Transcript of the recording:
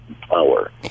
power